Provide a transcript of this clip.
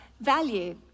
value